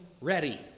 ready